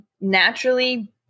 naturally